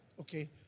okay